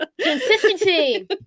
consistency